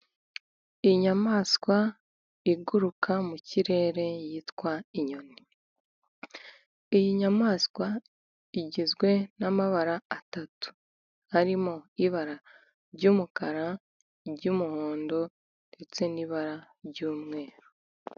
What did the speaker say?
Inyamaswa iguruka mu kirere yitwa inyoni. Iyi nyamaswa igizwe n'amabara atatu arimo ibara ry'umukara, iry'umuhondo, ndetse n'ibara ry'umweru.